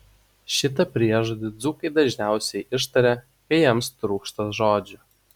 šitą priežodį dzūkai dažniausiai ištaria kai jiems trūksta žodžių